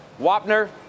Wapner